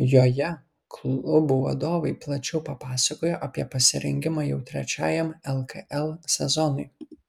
joje klubų vadovai plačiau papasakojo apie pasirengimą jau trečiajam lkl sezonui